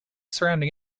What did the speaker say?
surrounding